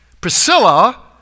Priscilla